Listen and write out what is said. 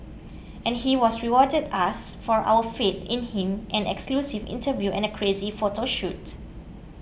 and he was rewarded us for our faith in him and exclusive interview and a crazy photo shoot